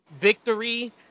victory